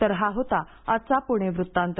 तर हा होता आजचा पुणे वृत्तांत